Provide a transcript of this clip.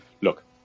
look